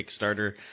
Kickstarter